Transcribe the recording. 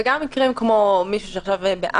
וגם מקרים, כמו אמבולנס.